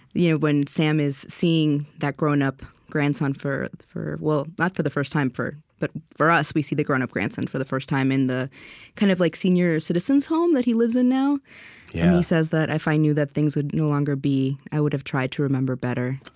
you know when sam is seeing that grown-up grandson for for well, not for the first time, but for us, we see the grown-up grandson for the first time in the kind of like senior citizens' home that he lives in now. and yeah he says that if i knew that things would no longer be, i would have tried to remember better.